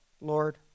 Lord